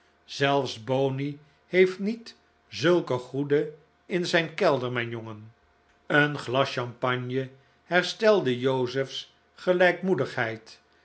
zelfs boney heeft niet zulke goede in zijn kelder mijn jongen een glas champagne herstelde joseph's